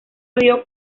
dio